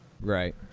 Right